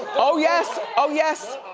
oh yes, oh yes.